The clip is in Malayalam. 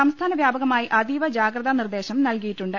സംസ്ഥാന വ്യാപകമായി അതീവ ജാഗ്രതാ നിർദ്ദേശം നൽകിയിട്ടുണ്ട്